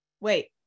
wait